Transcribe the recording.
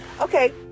okay